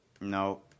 No